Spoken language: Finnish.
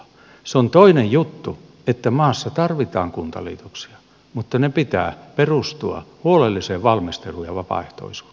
se on toinen juttu että maassa tarvitaan kuntaliitoksia mutta niiden pitää perustua huolelliseen valmisteluun ja vapaaehtoisuuteen